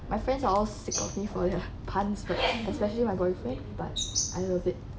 my friends are all sick of me for the puns but especially my boyfriend but I love it